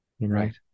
right